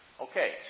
Okay